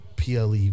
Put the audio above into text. PLE